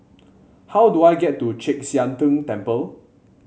how do I get to Chek Sian Tng Temple